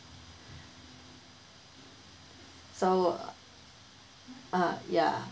so uh yeah